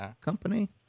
company